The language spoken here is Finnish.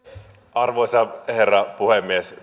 arvoisa herra puhemies